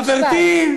הפריעו לי.